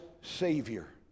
Savior